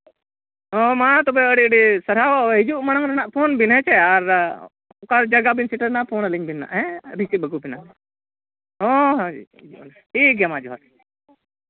ᱦᱳᱭ ᱢᱟ ᱛᱚᱵᱮ ᱟᱹᱰᱤ ᱟᱹᱰᱤ ᱥᱟᱨᱦᱟᱣ ᱦᱤᱡᱩᱜ ᱢᱟᱲᱟᱝ ᱨᱮᱦᱟᱸᱜ ᱯᱷᱳᱱ ᱵᱤᱱ ᱦᱮᱸ ᱥᱮ ᱟᱨ ᱚᱠᱟ ᱡᱟᱭᱜᱟ ᱵᱤᱱ ᱥᱮᱴᱮᱨᱱᱟ ᱯᱷᱳᱱᱟᱹᱞᱤᱧ ᱵᱮᱱ ᱦᱟᱸᱜ ᱦᱮᱸ ᱨᱤᱥᱤᱵᱷ ᱟᱹᱜᱩ ᱵᱮᱱᱟ ᱦᱳᱭ ᱦᱳᱭ ᱴᱷᱤᱠ ᱜᱮᱭᱟ ᱢᱟ ᱡᱚᱦᱟᱨ